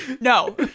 No